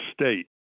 state